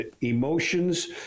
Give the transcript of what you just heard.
Emotions